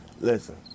Listen